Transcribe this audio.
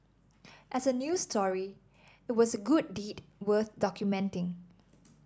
as a news story it was a good deed worth documenting